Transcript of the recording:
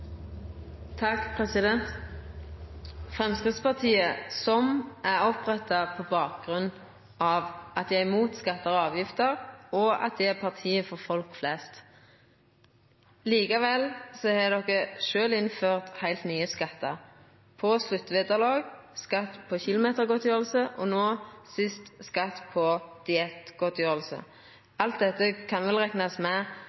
imot skattar og avgiftar og at dei er partiet for folk flest. Likevel har dei sjølve innført heilt nye skattar: skatt på sluttvederlag, skatt på kilometergodtgjering, og no sist skatt på diettgodtgjering. Alt dette kan ein vel rekna med